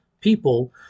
people